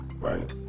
right